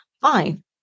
fine